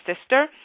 sister